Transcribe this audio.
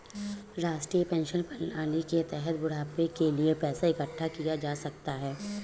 राष्ट्रीय पेंशन प्रणाली के तहत बुढ़ापे के लिए पैसा इकठ्ठा किया जा सकता है